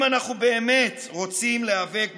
אם אנחנו באמת רוצים להיאבק בקורונה,